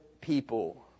people